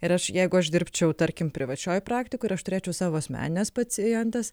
ir aš jeigu aš dirbčiau tarkim privačioj praktikoj ir aš turėčiau savo asmenines pacientes